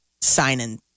signing